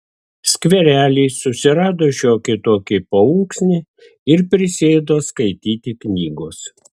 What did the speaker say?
skverely susirado šiokį tokį paunksnį ir prisėdo skaityti knygos